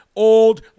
old